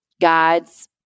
God's